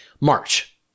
March